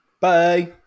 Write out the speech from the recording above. Bye